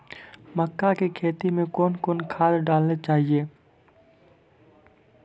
मक्का के खेती मे कौन कौन खाद डालने चाहिए?